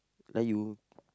like you